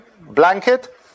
blanket